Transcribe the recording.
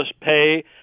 pay